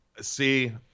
see